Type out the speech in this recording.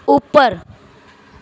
ਉੱਪਰ